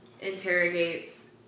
interrogates